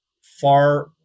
far